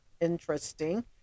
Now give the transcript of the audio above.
interesting